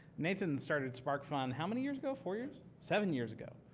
nathan started sparkfun how many years ago? four years? seven years ago.